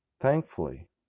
thankfully